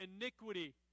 iniquity